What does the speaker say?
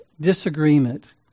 disagreement